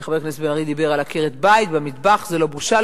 חבר הכנסת בן-ארי דיבר על זה שעקרת בית במטבח זו לא בושה.